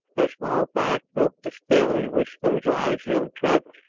that small fact broke the spell in which those eyes held travis.